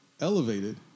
elevated